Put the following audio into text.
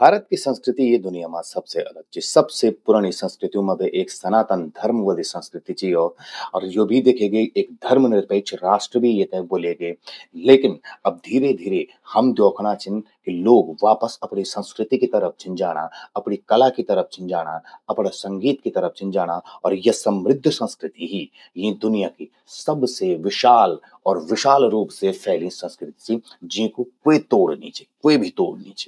भारत की संस्कृति ये दुन्या मां सबसे अलग चि। सबसे पुरणि संस्कृतियों मां बे एक सनातन धर्म वलि संस्कृति चि यो। अर यो भी दिख्ये गे एक धर्म निरपेक्ष राष्ट्र भी येते ब्वोल्ये गे। लेकिन, अब धीरे धीरे हम द्योखणा छिन, लोग वापस अपणि संस्कृति कि तरफ छिन जाणा, अपणि कला कि तरफ छिन जाणा, अपणा संगीत कि तरफ छिन जाणा अर या समृद्ध संस्कृति ही यीं दुनिय कि सबसे विशाल और विशाल रूप से फैल्यीं संस्कृति चि, जींकु क्वे तोड़ नी चि, क्वे भी तोड़ नी चि।